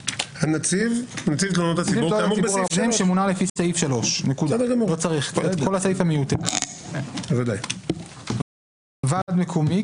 נציב תלונות הציבור כאמור בסעיף 3. "ועד מקומי"